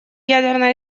ядерное